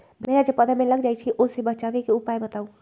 भेरा जे पौधा में लग जाइछई ओ से बचाबे के उपाय बताऊँ?